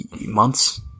months